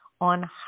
on